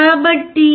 కాబట్టి 0